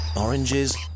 Oranges